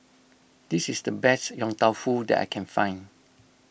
this is the best Yong Tau Foo that I can find